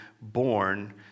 born